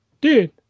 dude